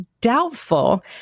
Doubtful